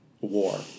war